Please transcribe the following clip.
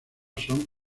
son